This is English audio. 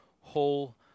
whole